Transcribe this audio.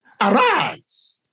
Arise